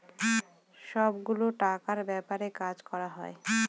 সব গুলো টাকার ব্যাপারে কাজ করা হয়